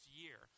year